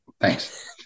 Thanks